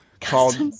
called